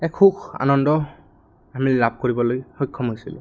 এক সুখ আনন্দ আমি লাভ কৰিবলৈ সক্ষম হৈছিলোঁ